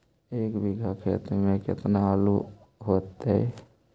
एक बिघा खेत में केतना आलू होतई?